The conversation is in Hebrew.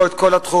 לא את כל התחום.